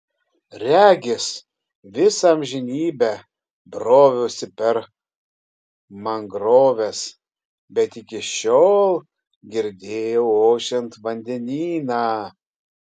regis visą amžinybę broviausi per mangroves bet iki šiol girdėjau ošiant vandenyną